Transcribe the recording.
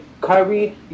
Kyrie